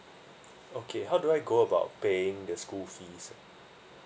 okay how do I go about paying the school fees